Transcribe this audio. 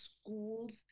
schools